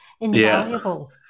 invaluable